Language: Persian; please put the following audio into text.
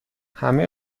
همه